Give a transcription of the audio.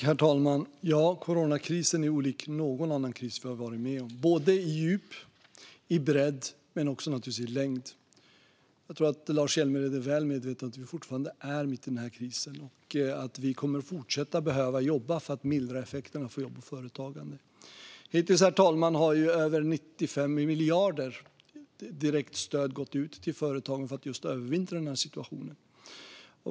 Herr talman! Coronakrisen är inte lik någon annan kris som vi har varit med om, i djup, bredd och längd. Jag tror att Lars Hjälmered är väl medveten om att vi fortfarande är mitt i krisen. Vi kommer även fortsättningsvis att behöva jobba för att mildra effekterna för jobb och företagande. Hittills, herr talman, har över 95 miljarder gått ut i direktstöd till företagen för att de ska kunna övervintra under den här situationen.